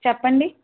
చెప్పండి